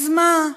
אז מה?